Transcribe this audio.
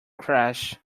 crash